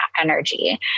energy